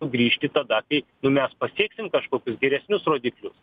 grįžti tada kai mes pasieksim kažkokius geresnius rodiklius